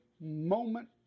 moment